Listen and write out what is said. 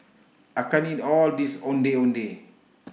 I can't eat All of This Ondeh Ondeh